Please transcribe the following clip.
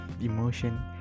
emotion